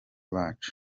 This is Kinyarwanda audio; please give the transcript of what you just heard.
bacu